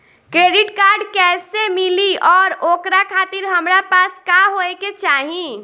Credit card कैसे मिली और ओकरा खातिर हमरा पास का होए के चाहि?